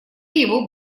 его